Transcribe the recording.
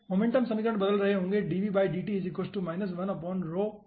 momentum समीकरण बदल रहे होंगे में ठीक है